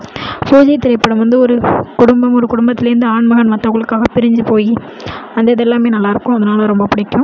பூஜை திரைப்படம் வந்து ஒரு குடும்பம் ஒரு குடும்பத்துலேருந்து ஆண்மகன் மற்றவங்களுக்காக பிரிஞ்சு போய் அந்த இதெல்லாமே நல்லாயிருக்கும் அதனால ரொம்ப பிடிக்கும்